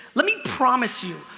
let me promise you,